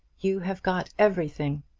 you have got everything.